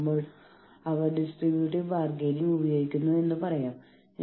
ഒരു union substitution തന്ത്രത്തെക്കുറിച്ച് സംസാരിക്കുമ്പോൾ നമ്മൾ പറയുന്നു ശരി